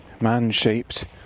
man-shaped